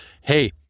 Hey